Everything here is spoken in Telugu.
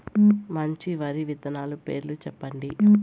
మంచి వరి విత్తనాలు పేర్లు చెప్పండి?